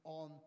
on